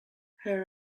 her